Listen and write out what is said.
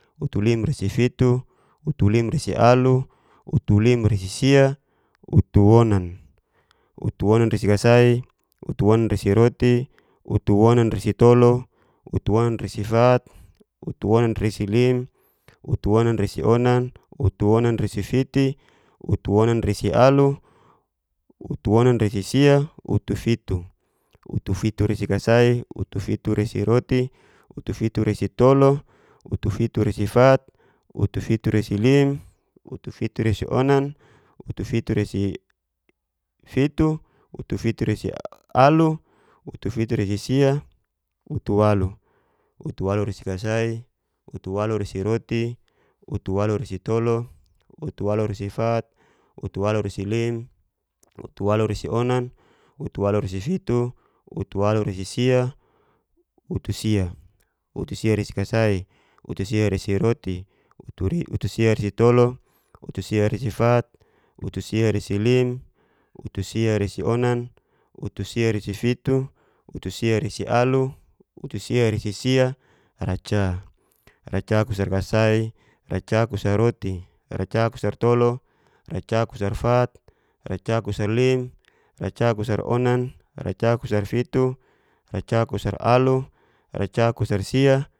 Utulimresifitu, utulirasialu, utulimrasisia. utuonan, utuonanrsikasai, utuonanrsiroti, utuonanrasitolu, utuonanrasifat, utuonanrasilim, otuonanrasionan, otuonanrasifiti, utuonanrasialu, utuonanrasisia, utufitu. utufitusarikasai, utufituresiroti, utufituresitolu, utufituresifat, utufituresilim, utufituresionan, utufituresifitu, utufituresialu, utufituresisia. utualu, utualuresikasai, uturaluresiroti, utualuresitolu, utualuresifat, utualuresilim, utualuresionan, utualuresifitu, utualuresialu, utualuresisia. utusi, utusiaresikasai, utusiresiroti, utusiaresitolu, utusiaresifat, utusiaresilim, utusiaresionan. utusiaresifitu, utusiaresialu, utusiaresisia, racakuraskasai, racakusarroti. racakusartolu, racakusarfat, racakusarlim, racakusaronan. racakusarfitu, racakusaralu. racakusarsia.